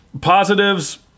positives